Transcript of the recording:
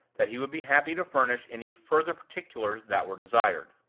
that he would be happy to furnish any further particulars that were desired.